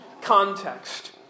context